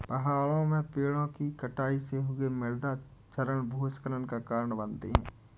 पहाड़ों में पेड़ों कि कटाई से हुए मृदा क्षरण भूस्खलन का कारण बनते हैं